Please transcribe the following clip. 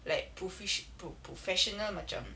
like profe~ pro~ professional macam